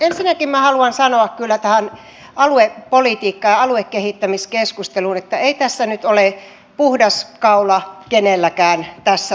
ensinnäkin minä haluan kyllä sanoa tähän aluepolitiikkaan ja aluekehittämiskeskusteluun että ei tässä nyt ole puhdas kaula kenelläkään tässä salissa